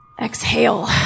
exhale